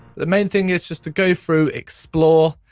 the main thing is just to go through, explore,